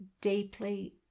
deeply